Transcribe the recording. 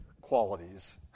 qualities